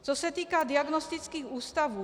Co se týká diagnostických ústavů.